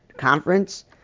conference